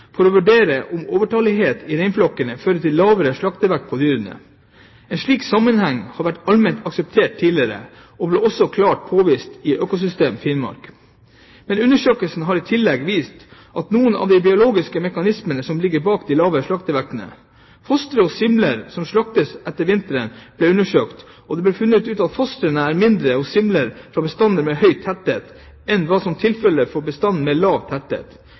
for å vurdere om overtallighet i reinflokker fører til lavere slaktevekt på dyrene. En slik sammenheng har vært allment akseptert tidligere, og ble også klart påvist i Økosystem Finnmark. Men undersøkelsen har i tillegg vist noen av de biologiske mekanismene som ligger bak de lave slaktevektene. Fostre hos simler som slaktes på ettervinteren ble undersøkt, og det ble funnet at fostrene er mindre hos simler fra bestander med høy tetthet enn hva som er tilfelle for bestandene med lav tetthet.